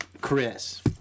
Chris